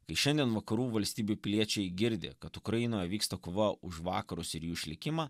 kai šiandien vakarų valstybių piliečiai girdi kad ukrainoje vyksta kova už vakarus ir jų išlikimą